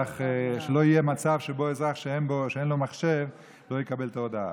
שלא יהיה מצב שבו אזרח שאין לו מחשב לא יקבל את ההודעה.